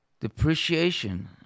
Depreciation